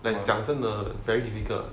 when 讲真的 very difficult